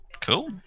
Cool